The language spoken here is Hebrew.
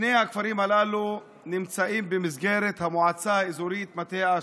שני הכפרים הללו נמצאים במסגרת המועצה האזורית מטה אשר.